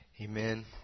Amen